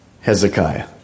Hezekiah